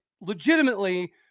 legitimately